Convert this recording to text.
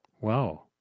Wow